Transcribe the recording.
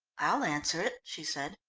i'll answer it, she said.